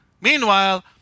Meanwhile